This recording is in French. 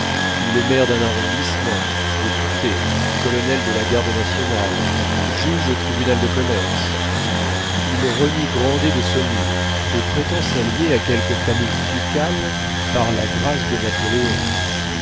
il est maire d'un arrondissement député colonel de la garde nationale juge au tribunal de commerce il renie les grandet de saumur et prétend s'allier à quelque famille ducale par la grâce de napoléon